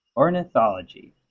Ornithology